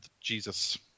Jesus